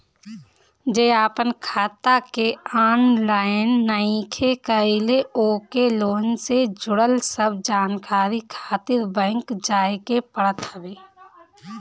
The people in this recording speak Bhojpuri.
जे आपन खाता के ऑनलाइन नइखे कईले ओके लोन से जुड़ल सब जानकारी खातिर बैंक जाए के पड़त हवे